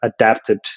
adapted